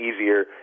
easier